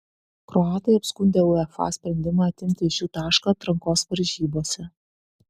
kroatai apskundė uefa sprendimą atimti iš jų tašką atrankos varžybose